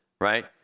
Right